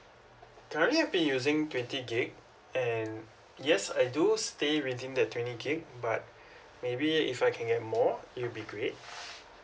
currently I've been using twenty gig and yes I do stay within that twenty gig but maybe if I can get more it will be great